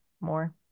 more